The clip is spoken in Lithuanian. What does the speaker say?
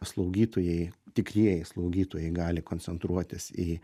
slaugytojai tikrieji slaugytojai gali koncentruotis į